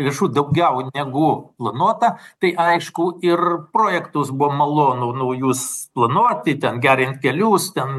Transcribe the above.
lėšų daugiau negu planuota tai aišku ir projektus buvo malonu naujus planuoti ten gerint kelius ten